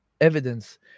evidence